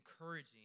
encouraging